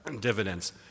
dividends